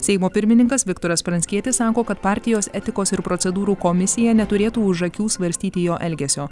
seimo pirmininkas viktoras pranckietis sako kad partijos etikos ir procedūrų komisija neturėtų už akių svarstyti jo elgesio